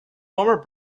former